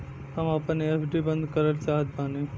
हम आपन एफ.डी बंद करल चाहत बानी